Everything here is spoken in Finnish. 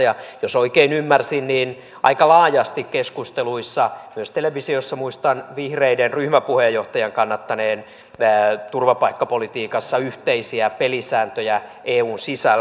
ja jos oikein ymmärsin niin aika laajasti keskusteluissa kannatetaan myös televisiossa muistan vihreiden ryhmäpuheenjohtajan kannattaneen turvapaikkapolitiikassa yhteisiä pelisääntöjä eun sisällä